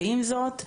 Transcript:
ועם זאת,